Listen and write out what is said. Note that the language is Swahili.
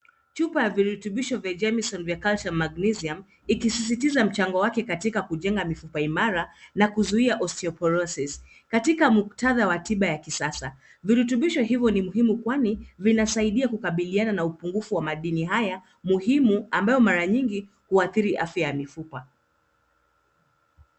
Chupa ya virutubisho vya Jamieson vya Calcium Magnisium ikisisitiza mchango wake katika kujenga mifupa imara na kuzuia osteoporosis . Katika muktadha wa tiba ya kisasa virutubisho hivyo ni muhimu kwani vinasaidia kukabiliana na upungufu wa madini haya muhimu ambayo mara nyingi huathiri afya ya mifupa.